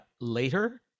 later